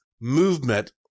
movement